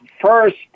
First